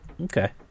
okay